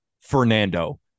fernando